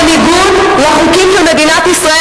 בניגוד לחוקים של מדינת ישראל,